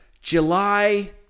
July